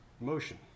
motion